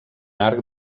arc